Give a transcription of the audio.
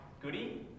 Goody